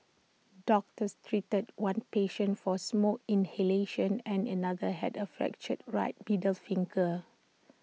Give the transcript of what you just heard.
doctors treated one patient for smoke inhalation and another had A fractured right middles finger